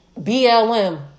BLM